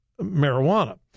marijuana